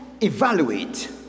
evaluate